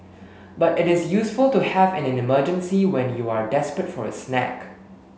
but it is useful to have in an emergency when you are desperate for a snack